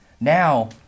now